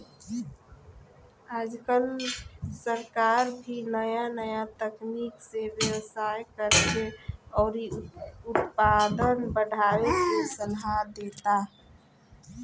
आजकल सरकार भी नाया नाया तकनीक से व्यवसाय करेके अउरी उत्पादन बढ़ावे के सालाह देता